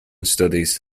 studies